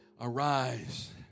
Arise